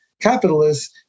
capitalists